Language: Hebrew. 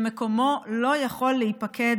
ומקומו לא יכול להיפקד